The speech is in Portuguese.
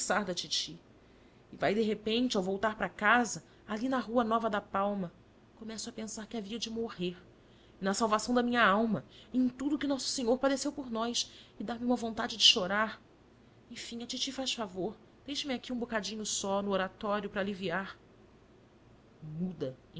conversar da titi e vai de repente ao voltar para casa ali na rua nova da palma começo a pensar que havia de morrer e na salvação da minha alma e em tudo o que nosso senhor padeceu por nós e dá-me uma vontade de chorar enfim a titi faz favor deixa-me aqui um bocadinho só no oratório para aliviar muda